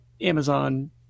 Amazon